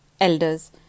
elders